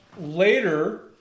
later